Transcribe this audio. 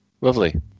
Lovely